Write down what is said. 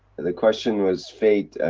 and the question was fate.